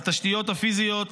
התשתיות הפיזיות,